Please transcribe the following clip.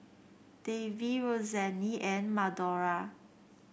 Davie Roseanne and Madora